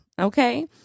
Okay